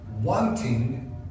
Wanting